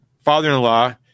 father-in-law